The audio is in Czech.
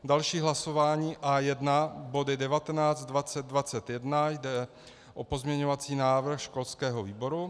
Další hlasování A1 body 19, 20, 21, jde o pozměňovací návrh školského výboru.